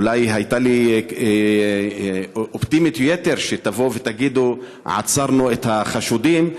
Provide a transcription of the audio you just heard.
אולי הייתה לי אופטימיות יתר שתבואו ותגידו: עצרנו את החשודים.